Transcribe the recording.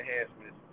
enhancements